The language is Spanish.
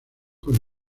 con